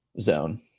zone